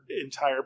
entire